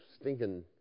stinking